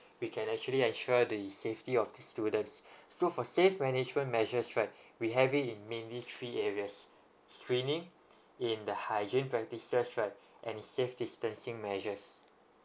we can actually ensure the safety of the students so for safe management measures right we have it in mainly three areas screening and the hygiene practices right and safe distancing measures